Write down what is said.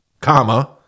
comma